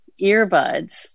earbuds